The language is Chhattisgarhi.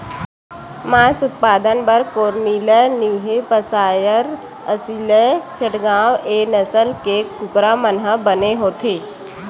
मांस उत्पादन बर कोरनिलए न्यूहेपसायर, असीलए चटगाँव ए नसल के कुकरा मन ह बने होथे